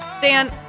Dan